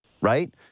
right